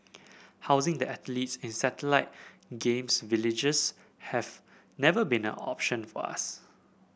housing the athletes in satellite Games Villages have never been an option for us